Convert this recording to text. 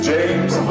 James